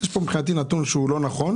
כך שיש פה נתון שהוא לא נכון.